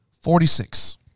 Forty-six